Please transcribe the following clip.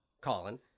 Colin